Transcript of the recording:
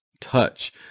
touch